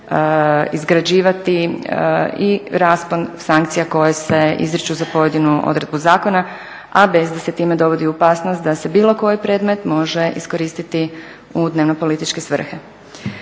izgrađivati i raspon sankcija koje se izriču za pojedinu odredbu zakona, a bez da se time dovodi u opasnost da se bilo koji predmet može iskoristiti u dnevno-političke svrhe.